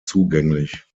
zugänglich